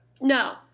No